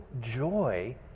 joy